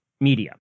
media